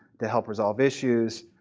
to help resolve issues,